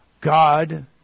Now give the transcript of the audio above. God